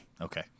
Okay